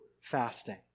fasting